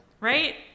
Right